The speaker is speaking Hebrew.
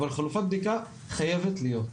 אבל חלופת בדיקה חייבת להיות,